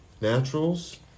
Naturals